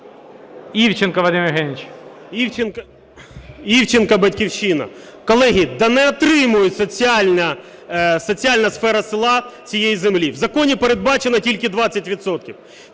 Івченко Вадим Євгенович.